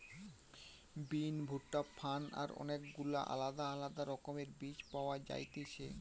বিন, ভুট্টা, ফার্ন আর অনেক গুলা আলদা আলদা রকমের বীজ পাওয়া যায়তিছে